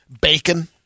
Bacon